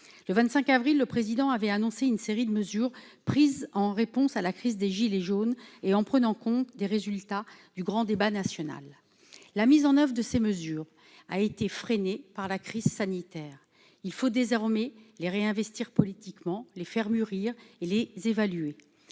de la République avait annoncé une série de mesures prises en réponse à la crise des « gilets jaunes » et tenant compte des résultats du grand débat national. La mise en oeuvre de ces mesures a été freinée par la crise sanitaire. Il faut désormais les réinvestir politiquement, les faire mûrir et les évaluer.